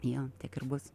jo tiek ir bus